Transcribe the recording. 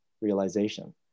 realization